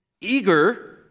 Eager